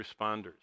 responders